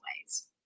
ways